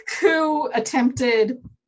coup-attempted